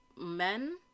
men